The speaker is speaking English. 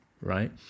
right